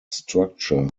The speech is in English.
structure